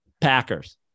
Packers